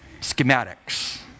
Schematics